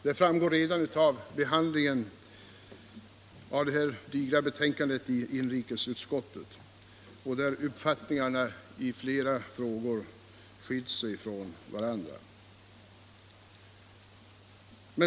Det framgår redan av behandlingen av det här digra betänkandet i inrikesutskottet, där uppfattningarna i flera frågor skilt sig från varandra.